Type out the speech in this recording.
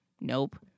nope